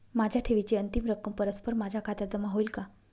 माझ्या ठेवीची अंतिम रक्कम परस्पर माझ्या खात्यात जमा होईल का?